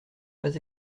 pas